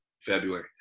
February